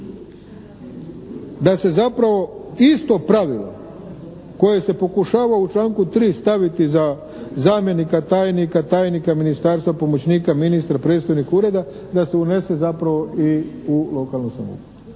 da se zapravo isto pravilo koje se pokušava u članku 3. staviti za zamjenika tajnika, tajnika ministarstva, pomoćnika ministra, predstojnika ureda, da se unese zapravo i u lokalnu samoupravu.